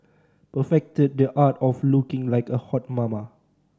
perfected the art of looking like a hot mama